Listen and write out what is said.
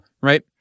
Right